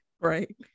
right